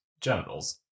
genitals